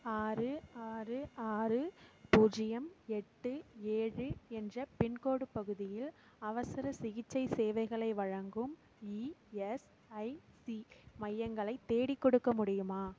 ஆறு ஆறு ஆறு பூஜ்ஜியம் எட்டு ஏழு என்ற பின்கோடு பகுதியில் அவசர சிகிச்சை சேவைகளை வழங்கும் இஎஸ்ஐசி மையங்களை தேடிக்கொடுக்க முடியுமா